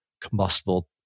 combustible